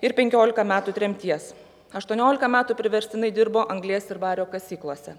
ir penkiolika metų tremties aštuoniolika metų priverstinai dirbo anglies ir vario kasyklose